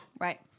Right